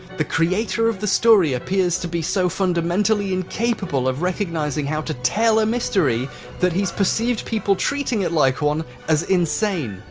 the creator of the story appears to be so fundamentally incapable of recognising how to tell a mystery that he's perceived people treating it like one as insane.